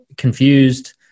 confused